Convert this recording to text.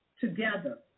together